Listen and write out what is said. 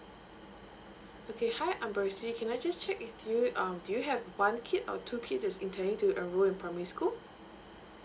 okay hi amber xie can I just check with you um do you have one kid or two kids is intending to enroll in primary school